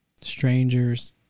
strangers